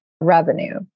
revenue